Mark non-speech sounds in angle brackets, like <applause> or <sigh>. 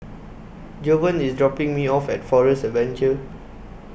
Jovan IS dropping Me off At Forest Adventure <noise>